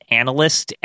analyst